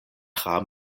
tra